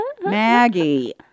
Maggie